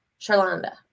Charlonda